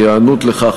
כהיענות לכך,